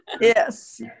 Yes